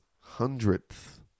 hundredth